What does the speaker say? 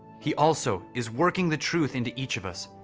he also is working the truth into each of us,